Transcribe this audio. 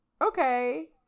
okay